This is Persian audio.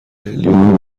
هلیوم